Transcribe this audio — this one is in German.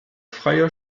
freier